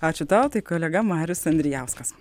ačiū tau tai kolega marius andrijauskas